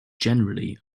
generally